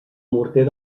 morter